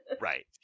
Right